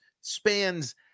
spans